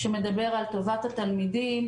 שמדבר על טובת התלמידים.